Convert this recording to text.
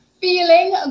Feeling